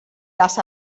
las